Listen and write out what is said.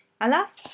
Alas